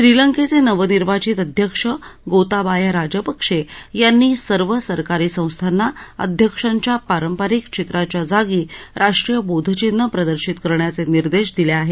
श्रीलंकेचे नवनिर्वाचित अध्यक्ष गोताबाया राजपक्षे यांनी सर्व सरकारी संस्थांना अध्यक्षांच्या पारंपारिक चित्राच्या जागी राष्ट्रीय बोधचिन्ह प्रदर्शित करण्याचे निर्देश दिले आहेत